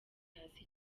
hasi